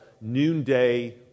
noonday